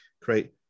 create